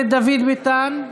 ביטן,